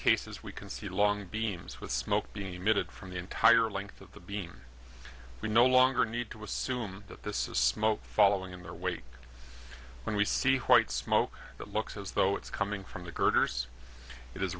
cases we can see long beams with smoke being emitted from the entire length of the beam we no longer need to assume that this is smoke following in their wake when we see white smoke that looks as though it's coming from the